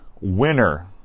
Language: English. winner